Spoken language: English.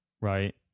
right